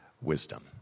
wisdom